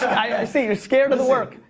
i see you're scared of the work.